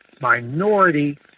minority